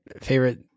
favorite